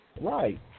Right